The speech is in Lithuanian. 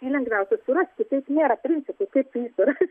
jį lengviausia surasti taip nėra principų kaip tu jį surasi